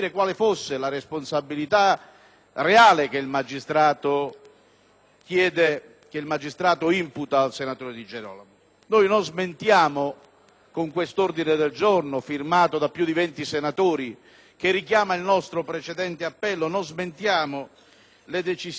reale che il magistrato imputa al senatore Di Girolamo. Noi non smentiamo, con questo ordine del giorno firmato da più di 20 senatori e che richiama il nostro precedente appello, le decisioni della Giunta delle elezioni e delle immunità parlamentari